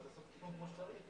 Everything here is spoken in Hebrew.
צריך לעשות תיקון כמו שצריך.